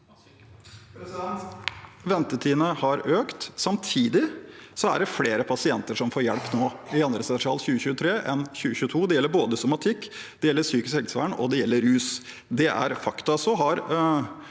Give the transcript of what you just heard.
Ventetidene har økt. Samtidig er det flere pasienter som får hjelp nå i andre tertial 2023 enn i 2022. Det gjelder både somatikk, psykisk helsevern og rus.